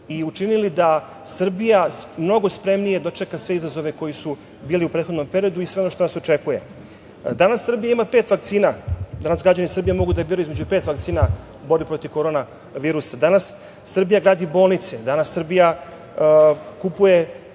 i učinili da Srbija mnogo spremnije dočeka sve izazove koji su bili u prethodnom periodu i sve ono što nas očekuje. Danas Srbija ima pet vakcina. Danas građani Srbije mogu da biraju između pet vakcina u borbi protiv korona virusa. Danas Srbija gradi bolje bolnice, danas Srbija kupuje